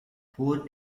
for